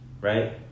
right